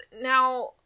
now